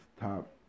top